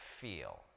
feel